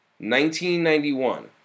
1991